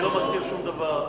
אני לא מסתיר שום דבר.